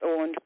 on